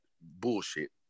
bullshit